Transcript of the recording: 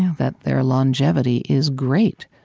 that their longevity is great.